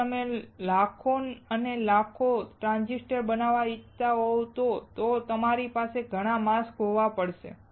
જો તમે લાખો અને લાખો ટ્રાંઝિસ્ટર બનાવવાનું ઇચ્છતા હો તો તમારી પાસે ઘણાં માસ્ક હોવા પડશે